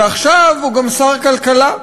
ועכשיו הוא גם שר הכלכלה.